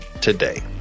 today